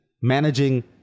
managing